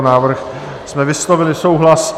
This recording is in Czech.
S návrhem jsme vyslovili souhlas.